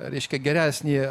reiškia geresnį